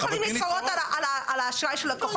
זה נחמד להגיד שבנקים לא יכולים להתחרות על האשראי של הלקוחות,